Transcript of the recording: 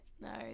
no